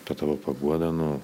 ta tavo paguoda nu